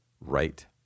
right